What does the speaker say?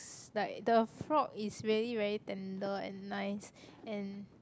~s like the frog is really very tender and nice and